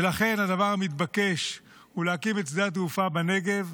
ולכן, הדבר המתבקש הוא להקים את שדה התעופה בנגב.